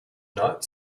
not